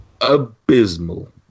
Abysmal